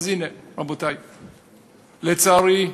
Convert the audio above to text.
אז הנה, רבותי, לצערי,